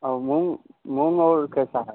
और मूँग मूँग और कैसा है